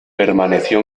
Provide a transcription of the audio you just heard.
permaneció